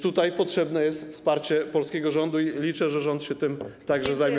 Tutaj potrzebne jest wsparcie polskiego rządu i liczę, że rząd się tym także zajmie.